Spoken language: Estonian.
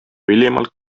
ülimalt